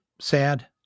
sad